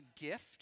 gift